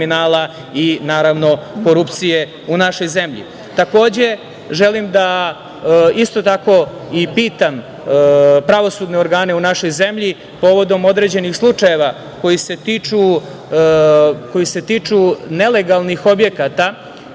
i naravno korupcije u našoj zemlji. Takođe, želim da isto tako i pitam pravosudne organe u našoj zemlji povodom određenih slučajeva koji se tiču nelegalnih objekata